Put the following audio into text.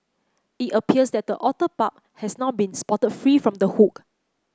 it appears that the otter pup has now been spotted free from the hook